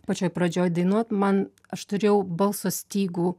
pačioj pradžioj dainuot man aš turėjau balso stygų